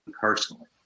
personally